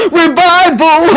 revival